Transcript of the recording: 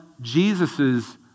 Jesus's